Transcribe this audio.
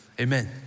Amen